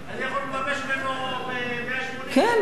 לממש ממנו 180,000, כן.